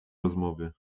rozmowy